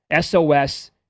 SOS